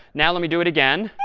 now let me do it again.